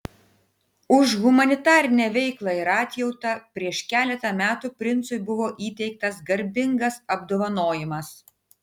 už humanitarinę veiklą ir atjautą prieš keletą metų princui buvo įteiktas garbingas apdovanojimas